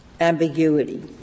ambiguity